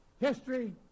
History